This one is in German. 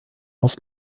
aus